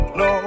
no